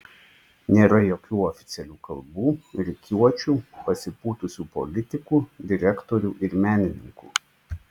nėra jokių oficialių kalbų rikiuočių pasipūtusių politikų direktorių ir menininkų